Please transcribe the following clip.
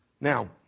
Now